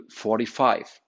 45